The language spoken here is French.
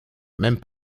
même